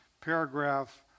paragraph